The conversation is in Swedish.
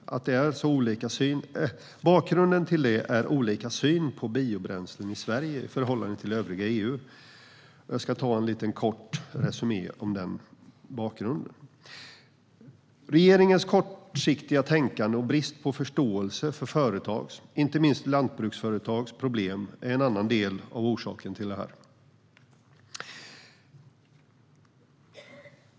Bakgrunden till det är olika syn på biobränslen i Sverige i förhållande till övriga EU. Jag ska göra en kort resumé av bakgrunden. Regeringens kortsiktiga tänkande och brist på förståelse för företags, inte minst lantbruksföretags, problem är en annan del av orsaken till detta.